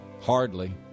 Hardly